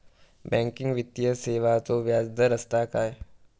Banking वित्तीय सेवाचो व्याजदर असता काय?